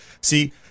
See